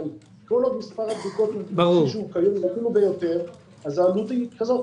אבל כל עוד מספר הבדיקות קטן ביותר אז העלות היא כזאת.